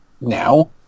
now